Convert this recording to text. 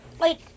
Wait